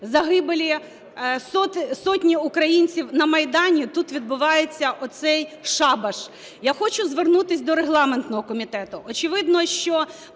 загибелі сотень українців на Майдані тут відбувається оцей шабаш. Я хочу звернутися до регламентного комітету. Очевидно, що